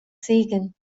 segen